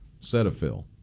Cetaphil